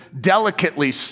delicately